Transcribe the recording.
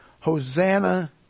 Hosanna